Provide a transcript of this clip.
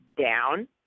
down